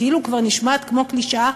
שכאילו כבר נשמעת כמו קלישאה,